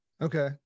Okay